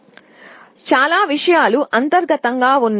అంతర్గతంగా చాలా విషయాలు ఉన్నాయి